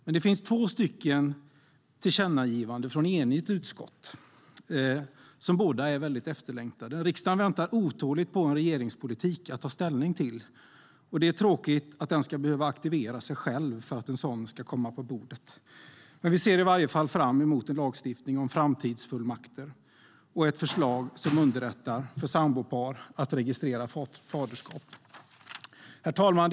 Men det finns två tillkännagivanden från ett enigt utskott som båda är efterlängtade. Riksdagen väntar otåligt på ett regeringsförslag att ta ställning till, och det är tråkigt att riksdagen ska behöva aktivera sig själv för att ett sådant ska komma på bordet. Vi ser i varje fall fram emot en lagstiftning om framtidsfullmakter och ett förslag som underlättar för sambopar att registrera faderskap. Herr talman!